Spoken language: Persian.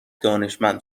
دانشمند